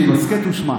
תקשיב, הסכת ושמע.